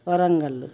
Warangal